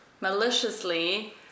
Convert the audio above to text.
maliciously